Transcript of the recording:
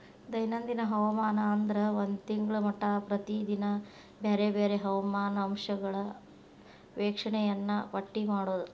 ದೈನಂದಿನ ಹವಾಮಾನ ಅಂದ್ರ ಒಂದ ತಿಂಗಳ ಮಟಾ ಪ್ರತಿದಿನಾ ಬ್ಯಾರೆ ಬ್ಯಾರೆ ಹವಾಮಾನ ಅಂಶಗಳ ವೇಕ್ಷಣೆಯನ್ನಾ ಪಟ್ಟಿ ಮಾಡುದ